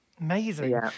Amazing